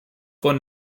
von